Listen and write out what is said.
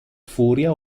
furia